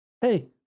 hey